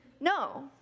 No